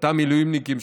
אותם מילואימניקים,